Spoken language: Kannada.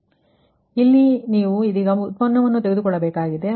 ಆದ್ದರಿಂದ ಇಲ್ಲಿ ನೀವು ಇದೀಗ ಡೇರಿವಿಟಿವನ್ನು ತೆಗೆದುಕೊಳ್ಳಬೇಕಾಗಿದೆ